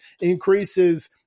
increases